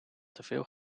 teveel